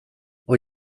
och